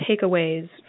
takeaways